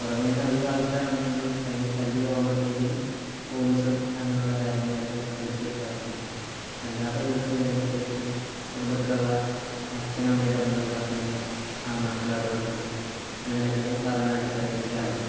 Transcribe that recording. പുറമേന്ന് അധികം ആൾക്കാരുണ്ടെങ്കിൽ ഭയങ്കര ശല്യം ആവുമ്പോഴ്ത്തേക്കിനും പോലീസും അങ്ങനെയുള്ള കാര്യങ്ങളെ ഒക്കെ വിളിച്ച് ഏർപ്പെടുത്തും അല്ലാത്ത വിധത്തിൽ വരുമ്പോഴ്ത്തേക്കും കുടുംബത്തിലുള്ള അച്ഛനും അമ്മയും തമ്മിലുള്ള തർക്കങ്ങൾ ആ മക്കൾ ഇടപെട്ടും അങ്ങനെയൊക്കെ ആണ് സാധാരണയായിട്ട് പരിഹരിക്കാറുള്ളത്